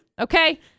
Okay